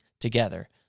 together